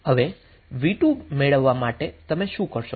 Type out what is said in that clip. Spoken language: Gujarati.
હવે v2 મેળવવા માટે તમે શું કરશો